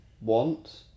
want